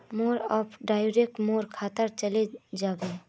मोर fund transfer मोर खातात चले वहिये